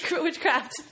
witchcraft